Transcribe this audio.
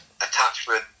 attachment